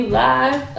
live